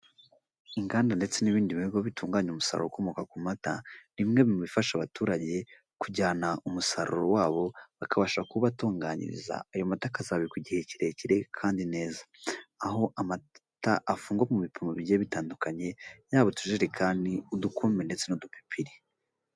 Inganda ndetse n'ibindi bihugu bitunganya umusaruro ukomoka ku mata, nimwe mu bifasha abaturage kujyana umusaruro wabo bakabasha kuwubatunganyiriza ayo mata azabikwa igihe kirekire kandi neza, aho amata afungwa mu bipimo bigiye bitandukanye yaba utujerikani ,udukumbe, ndetse n'udupipiri.